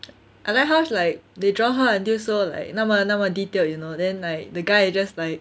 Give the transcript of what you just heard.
I like how like they draw her until so like 那么那么 detailed you know then like the guy is just like